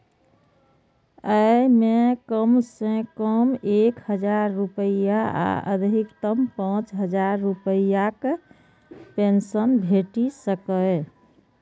अय मे कम सं कम एक हजार रुपैया आ अधिकतम पांच हजार रुपैयाक पेंशन भेटि सकैए